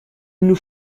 nous